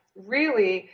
really,